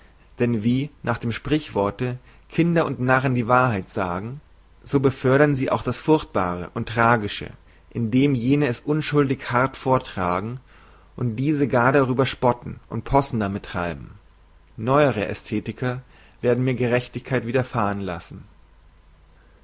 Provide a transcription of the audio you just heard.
denn wie nach dem sprichworte kinder und narren die wahrheit sagen so befördern sie auch das furchtbare und tragische indem jene es unschuldig hart vortragen und diese gar darüber spotten und possen damit treiben neuere aesthetiker werden mir gerechtigkeit wiederfahren lassen